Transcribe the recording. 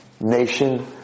nation